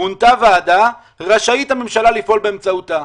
מונתה ועדה, רשאית הממשלה לפעול באמצעותה.